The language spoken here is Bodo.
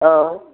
औ